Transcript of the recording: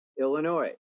Illinois